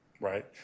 right